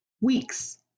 weeks